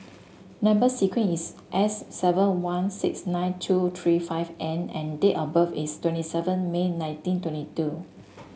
number sequence is S seven one six nine two three five N and date of birth is twenty seven May nineteen twenty two